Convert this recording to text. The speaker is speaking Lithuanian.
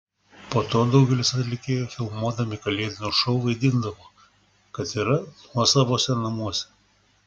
po to daugelis atlikėjų filmuodami kalėdinius šou vaidindavo kad yra nuosavose namuose